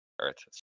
earth